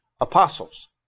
apostles